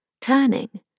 turning